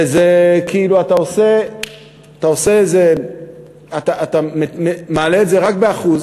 וזה כאילו אתה עושה אתה מעלה את זה רק ב-1%,